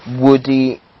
Woody